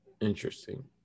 Interesting